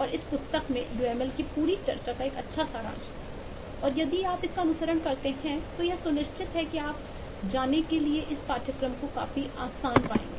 और इस पुस्तक में यूएमएल की पूरी चर्चा का एक अच्छा सारांश है और यदि आप इसका अनुसरण करते हैं तो यह सुनिश्चित है आप जाने के लिए इस पाठ्यक्रम को काफी आसान पाएंगे